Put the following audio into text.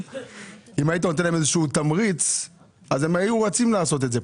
אם היית נותן להם תמריץ היו רצים לעשות את זה.